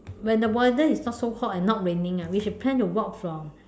when the weather is not so hot and not raining ah we should plan to walk from